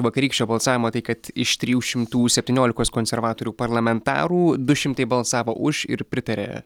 vakarykščio balsavimo tai kad iš trijų šimtų septyniolikos konservatorių parlamentarų du šimtai balsavo už ir pritarė